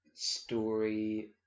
Story